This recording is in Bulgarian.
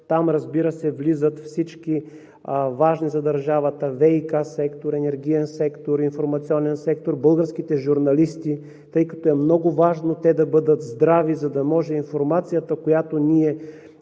Там, разбира се, влизат всички важни за държавата – ВиК сектор, енергиен сектор, информационен сектор, българските журналисти, тъй като е много важно те да бъдат здрави, за да може информацията, която ние